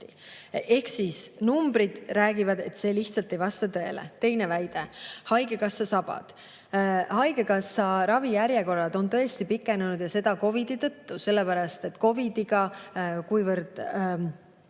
Ehk siis numbrid räägivad, et see lihtsalt ei vasta tõele. Teine väide, haigekassa sabad. Haigekassa ravijärjekorrad on pikenenud just COVID-i tõttu, sellepärast et kuna inimesed